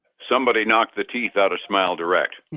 somebody knocked the teeth out of smile direct.